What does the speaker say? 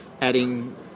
adding